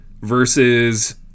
versus